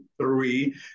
three